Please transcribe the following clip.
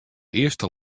earste